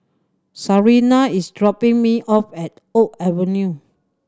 Sarina is dropping me off at Oak Avenue